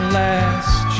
last